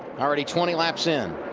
already twenty laps in.